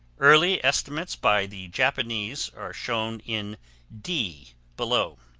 early estimates by the japanese are shown in d below